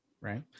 right